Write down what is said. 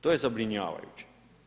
To je zabrinjavajuće.